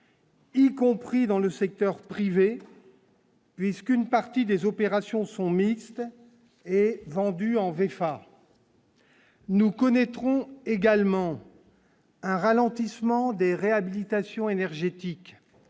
Y compris dans le secteur privé. Puisqu'une partie des opérations sont mixtes et vendu en VF a. Nous connaîtrons également. Un ralentissement des réhabilitation énergétique,